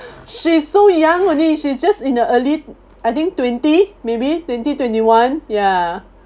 she's so young only she's just in the early I think twenty maybe twenty twenty one ya